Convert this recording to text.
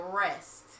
rest